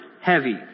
heavy